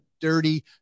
dirty